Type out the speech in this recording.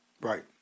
Right